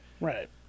Right